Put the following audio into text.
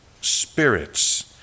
spirits